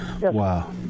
Wow